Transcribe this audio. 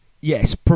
yes